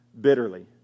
bitterly